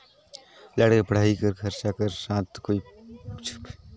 लइका के पढ़ाई कर खरचा कर साथ कुछ पईसा बाच जातिस तो छोटे मोटे धंधा भी करते एकस उपाय ला बताव?